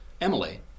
Emily